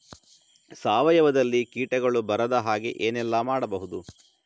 ಸಾವಯವದಲ್ಲಿ ಕೀಟಗಳು ಬರದ ಹಾಗೆ ಏನೆಲ್ಲ ಮಾಡಬಹುದು?